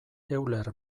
euler